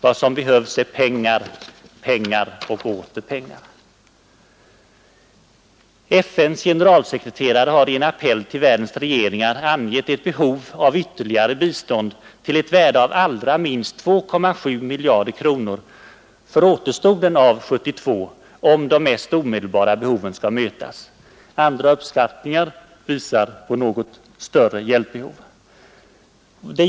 Vad som behövs är pengar, pengar och åter pengar.” FN:s generalsekreterare har i en appell till världens regeringar angivit ett behov av ytterligare bistånd till ett värde av allra minst 2,7 miljarder kronor för återstoden av 1972, om de mest omedelbara behoven skall mötas. Andra uppskattningar visar på något större hjälpbehov.